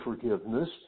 forgiveness